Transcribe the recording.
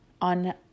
On